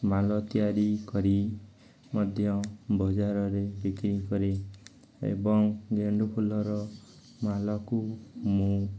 ମାଳ ତିଆରି କରି ମଧ୍ୟ ବଜାରରେ ବିକ୍ରି କରେ ଏବଂ ଗେଣ୍ଡୁ ଫୁଲର ମାଳକୁ ମୁଁ